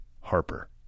Harper